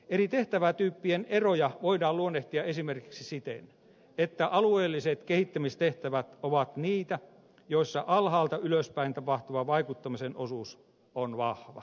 eri tehtävätyyppien eroja voidaan luonnehtia esimerkiksi siten että alueelliset kehittämistehtävät ovat niitä joissa alhaalta ylöspäin tapahtuvan vaikuttamisen osuus on vahva